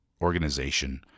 organization